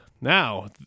now